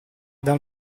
dal